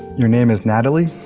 your name is natalie,